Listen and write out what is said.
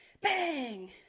bang